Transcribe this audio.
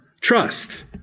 trust